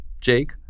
Jake